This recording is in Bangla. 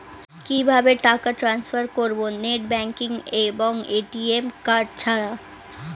কিভাবে টাকা টান্সফার করব নেট ব্যাংকিং এবং এ.টি.এম কার্ড ছাড়া?